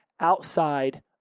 outside